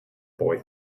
boy